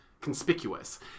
conspicuous